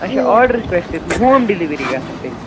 اَچھا آڈرَس پٮ۪ٹھ تہِ ہوم ڈِلِؤری گژھان تیٚلہِ